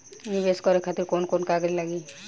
नीवेश करे खातिर कवन कवन कागज लागि?